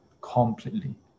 Completely